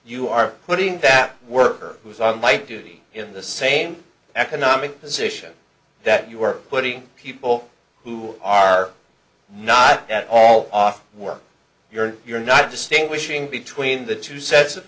you are putting that worker was i'd like to be in the same economic position that you are putting people who are not at all off work you're you're not distinguishing between the two sets of